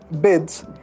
bids